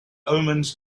omens